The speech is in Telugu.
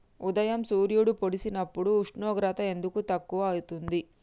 ఉదయం సూర్యుడు పొడిసినప్పుడు ఉష్ణోగ్రత ఎందుకు తక్కువ ఐతుంది?